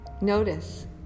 Notice